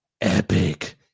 Epic